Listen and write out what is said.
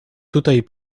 tutaj